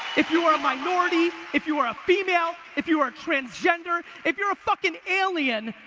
if you are a minority, if you are a female, if you are transgender, if you're a fucking alien,